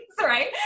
right